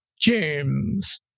James